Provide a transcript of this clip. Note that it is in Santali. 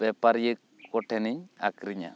ᱵᱮᱯᱟᱨᱤᱭᱟᱹ ᱠᱚᱴᱷᱮᱱᱤᱧ ᱟᱹᱠᱷᱟᱨᱤᱧᱟ